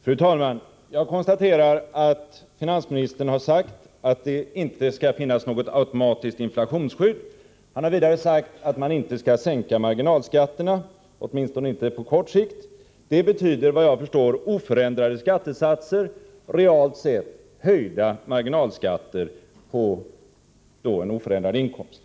Fru talman! Jag konstaterar att finansministern har sagt att det inte skall finnas något automatiskt inflationsskydd. Han har vidare sagt att man inte skall sänka marginalskatterna, åtminstone inte på kort sikt. Det betyder, såvitt jag förstår, oförändrade skattesatser realt sett och höjda marginalskatter på en oförändrad inkomst.